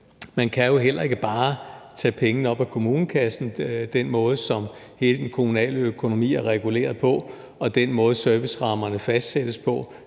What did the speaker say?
man kan jo heller ikke bare tage pengene op af kommunekassen i forhold til den måde, som hele den kommunale økonomi er reguleret på, og den måde, som servicerammerne fastsættes på.